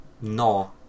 No